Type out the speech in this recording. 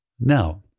Now